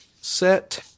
set